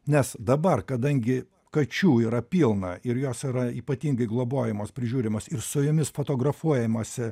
nes dabar kadangi kačių yra pilna ir jos yra ypatingai globojamos prižiūrimos ir su jomis fotografuojamasi